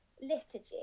liturgy